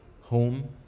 home